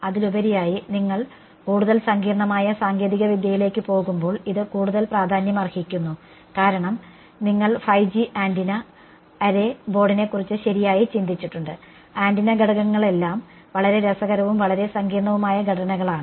അതിലുപരിയായി നിങ്ങൾ കൂടുതൽ സങ്കീർണ്ണമായ സാങ്കേതികവിദ്യയിലേക്ക് പോകുമ്പോൾ ഇത് കൂടുതൽ പ്രാധാന്യമർഹിക്കുന്നു കാരണം നിങ്ങൾ 5G ആന്റിന അറേ ബോർഡിനെക്കുറിച്ച് ശരിയായി ചിന്തിച്ചിട്ടുണ്ട് ആന്റിന ഘടകങ്ങളെല്ലാം വളരെ രസകരവും വളരെ സങ്കീർണ്ണവുമായ ഘടനകളാണ്